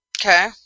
Okay